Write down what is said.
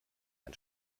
ein